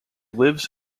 lives